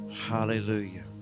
hallelujah